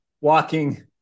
walking